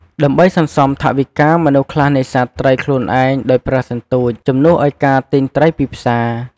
ដើម្បីសន្សំថវិកា មនុស្សខ្លះនេសាទត្រីខ្លួនឯងដោយប្រើសន្ទួច ជំនួសឲ្យការទិញត្រីពីផ្សារ។